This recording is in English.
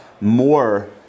more